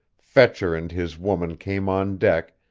fetcher and his woman came on deck,